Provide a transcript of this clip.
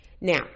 Now